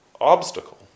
obstacle